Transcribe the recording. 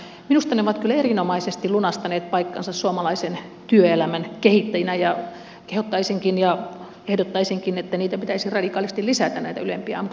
minusta ne ovat kyllä erinomaisesti lunastaneet paikkansa suomalaisen työelämän kehittäjinä ja kehottaisinkin ja ehdottaisinkin että näitä ylempiä ammattitutkintoja pitäisi radikaalisti lisätä